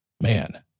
man